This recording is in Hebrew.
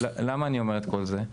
למה אני אומר את כל זה?